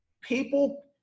People